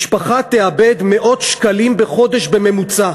משפחה תאבד מאות שקלים בחודש בממוצע,